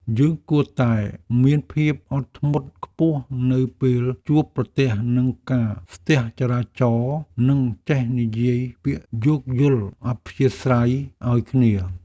យើងគួរតែមានភាពអត់ធ្មត់ខ្ពស់នៅពេលជួបប្រទះនឹងការស្ទះចរាចរណ៍និងចេះនិយាយពាក្យយោគយល់អធ្យាស្រ័យឱ្យគ្នា។